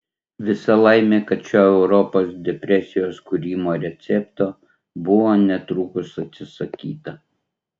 visa laimė kad šio europos depresijos kūrimo recepto buvo netrukus atsisakyta